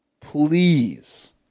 please